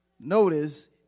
Notice